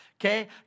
Okay